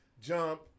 jump